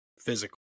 physical